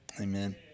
Amen